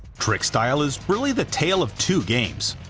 trickstyle is really the tale of two games.